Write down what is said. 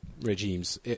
regimes